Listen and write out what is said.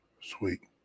Sweet